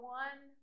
one